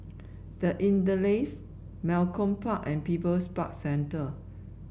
The Interlace Malcolm Park and People's Park Centre